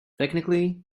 technically